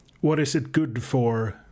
what-is-it-good-for